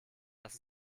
dass